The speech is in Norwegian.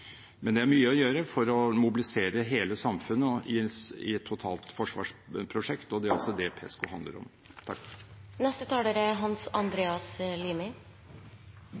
Men det er mye å gjøre for å mobilisere hele samfunnet i et totalforsvarsprosjekt, og det er også det Pesco handler om. I likhet med utenriksministeren vil jeg begynne med å understreke viktigheten av EØS-avtalen. Den er